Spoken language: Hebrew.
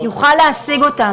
יוכל להשיג אותם.